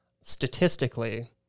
statistically